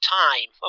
time